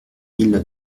mille